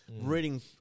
Reading